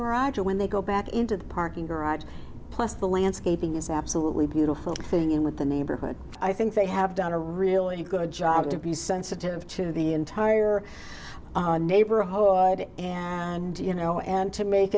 garage or when they go back into the parking garage plus the landscaping is absolutely beautiful fitting in with the neighborhood i think they have done a really good job to be sensitive to the entire neighborhood and you know and to make